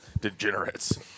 degenerates